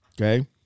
Okay